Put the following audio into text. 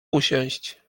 usiąść